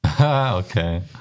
Okay